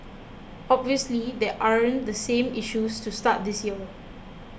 obviously there aren't the same issues to start this year